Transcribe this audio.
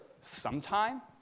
sometime